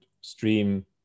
stream